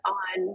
on